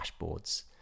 dashboards